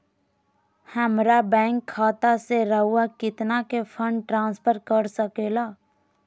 हमरा बैंक खाता से रहुआ कितना का फंड ट्रांसफर कर सके ला?